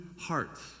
hearts